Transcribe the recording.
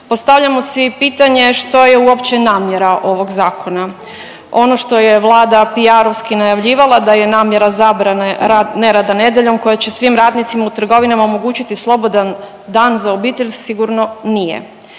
Postavljamo si pitanje što je uopće namjera ovog zakona? Ono što je Vlada piarovski najavljivala da je namjera zabrane nerada nedjeljom koja će svim radnicima u trgovinama omogućiti slobodan dan za obitelj, sigurno nije